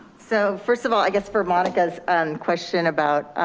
so first of all, i guess for monica's and question about